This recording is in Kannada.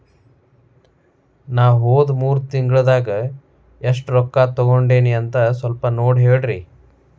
ನಾ ಹೋದ ಮೂರು ತಿಂಗಳದಾಗ ಎಷ್ಟು ರೊಕ್ಕಾ ತಕ್ಕೊಂಡೇನಿ ಅಂತ ಸಲ್ಪ ನೋಡ ಹೇಳ್ರಿ